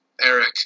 Eric